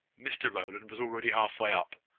mr rowland was already half-way up,